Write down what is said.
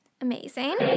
Amazing